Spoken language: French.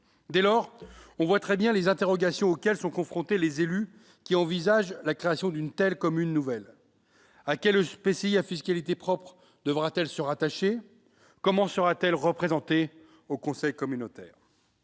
Dès lors, on voit très bien à quelles interrogations, sont confrontés les élus qui envisagent la création d'une telle commune nouvelle : à quel EPCI à fiscalité propre devra-t-elle se rattacher ? Comment sera-t-elle représentée au conseil communautaire ?